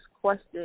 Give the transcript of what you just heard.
question